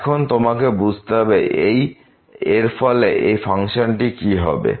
এখন তোমাকে বুঝতে হবে এর ফলে এই ফাংশনটির কি হবে